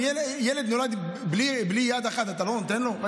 ילד נולד בלי יד אחת, אתה לא נותן לו?